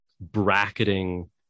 bracketing